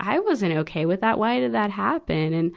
i wasn't okay with. why did that happen? and